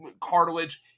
cartilage